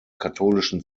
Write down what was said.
katholischen